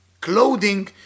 clothing